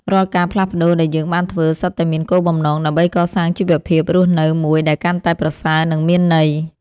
រាល់ការផ្លាស់ប្តូរដែលយើងបានធ្វើសុទ្ធតែមានគោលបំណងដើម្បីកសាងជីវភាពរស់នៅមួយដែលកាន់តែប្រសើរ និងមានន័យ។